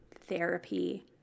therapy